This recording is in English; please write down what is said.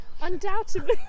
undoubtedly